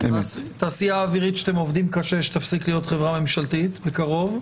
התעשייה האווירית שאתם עובדים קשה שתפסיק להיות חברה ממשלתית בקרוב,